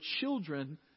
children